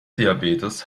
diabetes